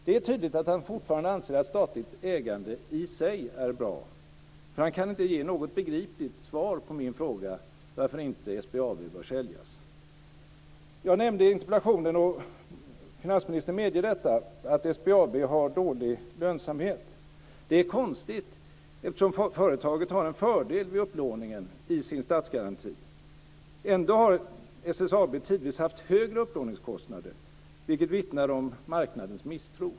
Det är tydligt att han fortfarande anser att statligt ägande i sig är bra, för han kan inte ge ett begripligt svar på min fråga om varför SBAB inte bör säljas. Jag nämnde i interpellationen, och finansministern medger detta, att SBAB har dålig lönsamhet. Det är konstigt. Företaget har ju en fördel vid upplåningen i sin statsgaranti. Ändå har SBAB tidvis haft högre upplåningskostnader, vilket vittnar om marknadens misstro.